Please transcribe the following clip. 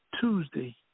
Tuesday